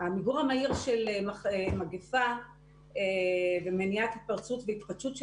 המיגור המהיר של מגפה ומניעת התפרצות והתחדשות של